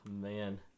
man